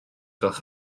gwelwch